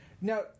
Now